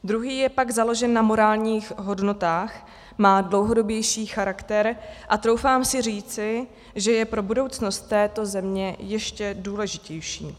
Druhý je pak založen na morálních hodnotách, má dlouhodobější charakter a troufám si říci, že je pro budoucnost této země ještě důležitější.